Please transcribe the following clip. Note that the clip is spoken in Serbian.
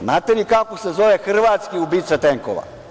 Znate li kako se zove hrvatski ubica tenkova?